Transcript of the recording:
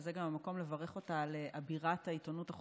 זה גם המקום לברך אותה על "אבירת התקשורת